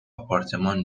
آپارتمان